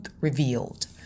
Revealed